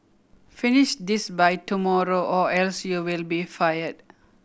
finish this by tomorrow or else you'll be fired